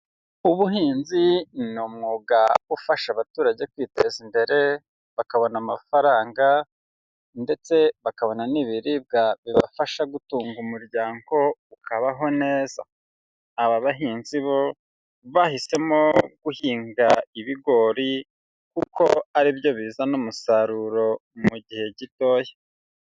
Ubuhinzi ni umwuga ufasha abaturage kwiteza imbere bakabona amafaranga ndetse bakabona n'ibiribwa bibafasha gutunga umuryango ukabaho neza, aba bahinzi bo bahisemo guhinga ibigori kuko ari byo bizana umusaruro mu gihe gitoya.